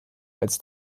als